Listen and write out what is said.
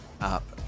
up